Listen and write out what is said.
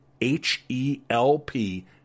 H-E-L-P